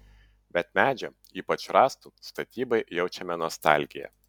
bet medžio ypač rąstų statybai jaučiame nostalgiją